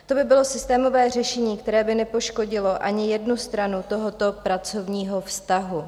To by bylo systémové řešení, které by nepoškodilo ani jednu stranu tohoto pracovního vztahu.